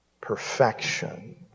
perfection